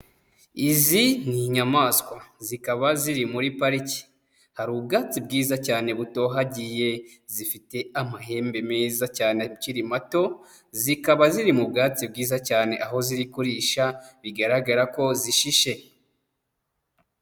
Izi ni inyamaswa zikaba ziri muri pariki, hari ubwatsi bwiza cyane butohagiye zifite amahembe meza cyane akiri mato, zikaba ziri mu bwatsi bwiza cyane aho ziri kurisha bigaragara ko zishishe.